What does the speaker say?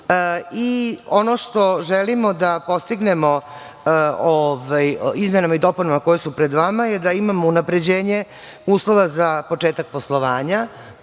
što želimo da postignemo izmenama i dopunama koje su pred vama je da imamo unapređenje uslova za početak poslovanja.